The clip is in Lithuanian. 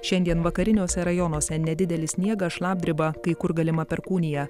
šiandien vakariniuose rajonuose nedidelis sniegas šlapdriba kai kur galima perkūnija